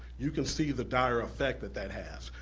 you can see the dire effect that that has.